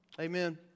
Amen